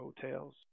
hotels